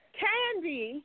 candy